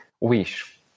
wish